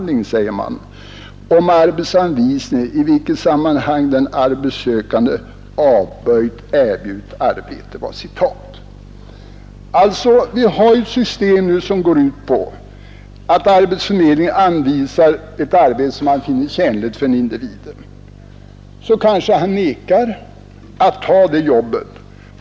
ling om arbetsanvisning i vilket sammanhang den arbetssökande avböjt erbjudet arbete”. Vi har nu ett system som går ut på att arbetsförmedlingen anvisar ett arbete som den finner tjänligt för en individ. Denna kanske nekar att ta det jobbet.